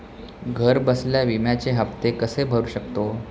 घरबसल्या विम्याचे हफ्ते कसे भरू शकतो?